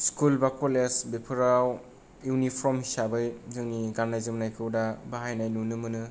school बा college बेफोराव uniform हिसाबै गाननायखौ दा बाहायनाय नुनो मोनो